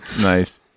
Nice